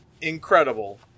incredible